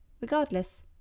regardless